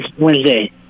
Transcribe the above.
Wednesday